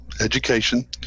education